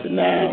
now